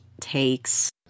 takes